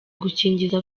gukingiza